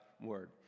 Word